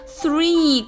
three